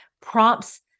prompts